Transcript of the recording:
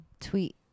tweet